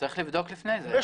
צריך לבדוק לפני כן.